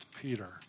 Peter